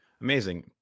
Amazing